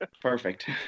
Perfect